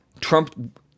Trump-